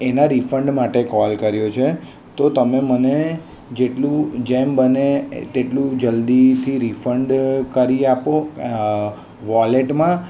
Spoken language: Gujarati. એનાં રિફંડ માટે કોલ કર્યો છે તો તમે મને જેટલું જેમ બને તેટલું જલ્દીથી રિફંડ કરી આપો વોલેટમાં